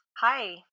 Hi